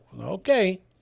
Okay